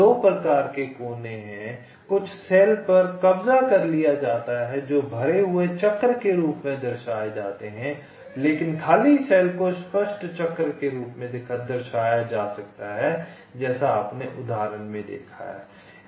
2 प्रकार के कोने हैं कुछ सेल पर कब्जा कर लिया जाता है जो भरे हुए चक्र के रूप में दर्शाए जाते हैं लेकिन खाली सेल को स्पष्ट चक्र के रूप में दर्शाया जा सकता है जैसा आपने उदाहरण में देखा है